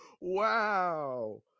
wow